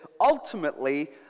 Ultimately